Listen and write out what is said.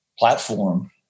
platform